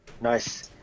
nice